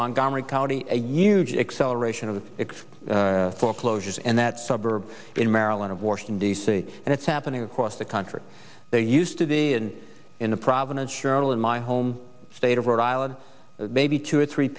montgomery county a huge acceleration of the foreclosures and that suburb in maryland of washington d c and it's happening across the country there used to be in in the provinces cheryl in my home state of rhode island maybe two or three